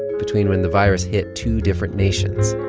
between when the virus hit two different nations,